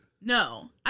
No